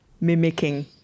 mimicking